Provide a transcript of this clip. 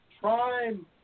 prime